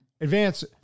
advance